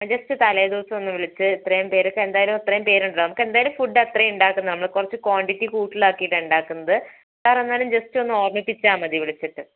just തലേ ദിവസം ഒന്ന് വിളിച്ച് ഇത്രയും പേരൊക്കെ എന്തായാലും ഇത്രയും പേരുണ്ടല്ലോ നമുക്കെന്തായാലും ഫുഡ് അത്രയും ഉണ്ടാക്കും നമ്മൾ കുറച്ച് ക്വാണ്ടിറ്റി കൂടുതലാക്കിയിട്ടാണ് ഉണ്ടാക്കുന്നത് സാർ എന്തായാലും ജസ്റ്റ് ഒന്ന് ഓർമിപ്പിച്ചാൽ മതി വിളിച്ചിട്ട്